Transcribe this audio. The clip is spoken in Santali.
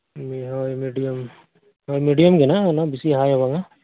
ᱦᱳᱭ ᱢᱤᱰᱤᱭᱟᱢ ᱦᱳᱭ ᱢᱤᱰᱤᱭᱟᱢ ᱜᱮ ᱱᱟᱜ ᱵᱤᱥᱤ ᱦᱟᱭ ᱦᱚᱸ ᱵᱟᱝᱟ